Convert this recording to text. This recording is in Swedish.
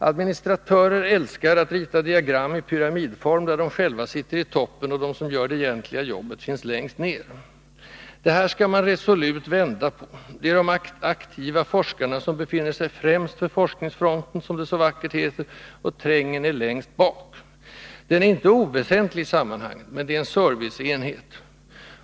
Administratörer älskar att rita diagram i pyramidform, där de själva sitter i toppen och de som gör det egentliga jobbet finns längst ned. Det här, Lena Hjelm-Wallén, skall man resolut vända på: det är de aktiva forskarna, som befinner sig främst vid ”forskningsfronten', som det så vackert heter, och trängen är längst bak. Den är inte oväsentlig i sammanhanget, men detta är en serviceenhet.